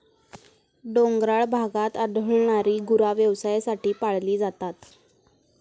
डोंगराळ भागात आढळणारी गुरा व्यवसायासाठी पाळली जातात